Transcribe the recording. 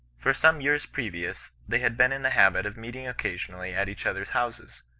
for some years previous, they had been in the habit of meeting occasionally at each others' houses,